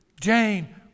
Jane